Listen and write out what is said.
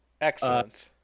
Excellent